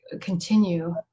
continue